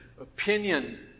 opinion